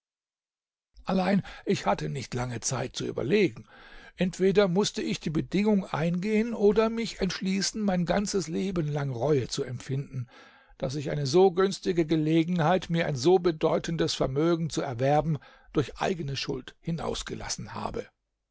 allein ich hatte nicht lange zeit zu überlegen entweder mußte ich die bedingung eingehen oder mich entschließen mein ganzes leben lang reue zu empfinden daß ich eine so günstige gelegenheit mir ein so bedeutendes vermögen zu erwerben durch eigene schuld hinausgelassen habe